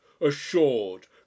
assured